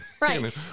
Right